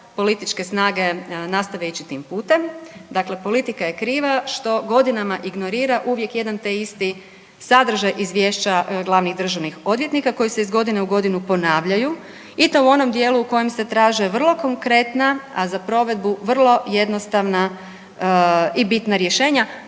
političke snage nastave ići tim putem. Dakle, politika je kriva što godinama ignorira uvijek jedan te isti sadržaj izvješća glavnih državnih odvjetnika koji se iz godine u godinu ponavljaju i to u onom dijelu u kojem se traže vrlo konkretna, a za provedbu vrlo jednostavna i bitna rješenja.